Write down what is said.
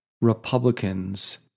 Republicans